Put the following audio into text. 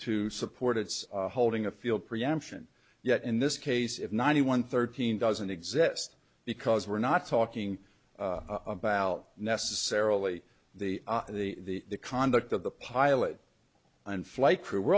to support its holding a field preemption yet in this case if ninety one thirteen doesn't exist because we're not talking about necessarily the the conduct of the pilot and flight crew we're